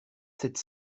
sept